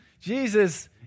Jesus